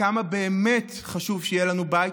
כתוצאה מהפיצוץ נפגעה טל והייתה בסכנת חיים